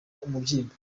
umubyimba